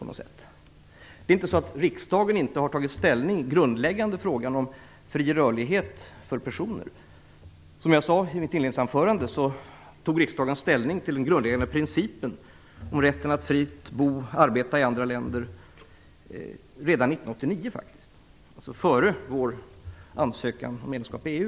Det är inte så att riksdagen inte har tagit ställning i den grundläggande frågan om fri rörlighet för personer. Som jag sade i mitt inledningsanförande tog riksdagen ställning till den grundläggande principen om rätten att fritt bo och arbeta i andra länder redan 1989, alltså före vår ansökan om medlemskap i EU.